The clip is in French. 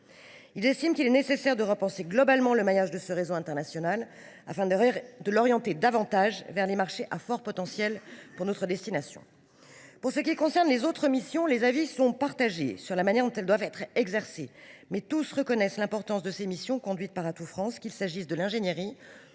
Ils estiment qu’il est nécessaire de repenser globalement le maillage de ce réseau international, afin de l’orienter davantage vers les marchés à fort potentiel pour la France. Pour ce qui concerne les autres missions, les avis sont partagés sur la manière dont elles doivent être exercées. Tous reconnaissent néanmoins l’importance des missions conduites par Atout France, qu’il s’agisse de l’ingénierie,